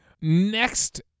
Next